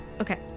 Okay